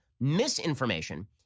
Misinformation